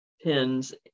pins